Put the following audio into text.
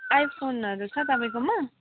आइफोनहरू छ तपाईँकोमा